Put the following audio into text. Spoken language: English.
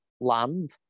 land